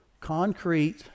concrete